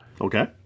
Okay